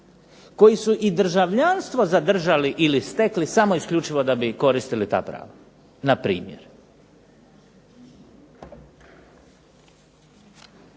koji su i državljanstvo zadržali ili stekli samo isključivo da bi koristili ta prava npr. Primjena